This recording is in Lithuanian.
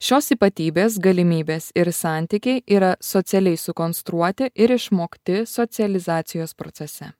šios ypatybės galimybės ir santykiai yra socialiai sukonstruoti ir išmokti socializacijos procese